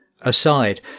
aside